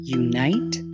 unite